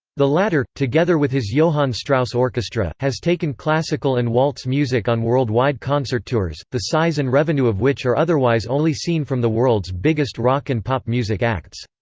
the latter, together with his johann strauss orchestra, has taken classical and waltz music on worldwide concert tours, the size and revenue of which are otherwise only seen from the world's biggest rock and pop music acts.